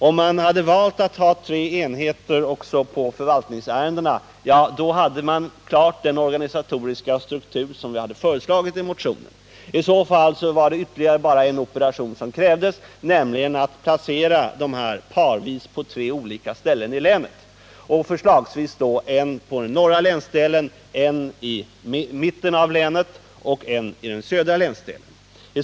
Om man hade valt att ha tre enheter också för förvaltningsärendena, hade man fått den organisatoriska struktur som vi har föreslagit i motionen. I så fall hade bara ytterligare en operation krävts, nämligen att placera dem parvis på tre olika ställen i länet, förslagsvis en i norra länsdelen, en i mitten av länet och en i den södra länsdelen.